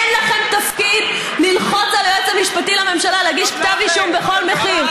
אין לכם תפקיד ללחוץ על היועץ המשפטי לממשלה להגיש כתב אישום בכל מחיר.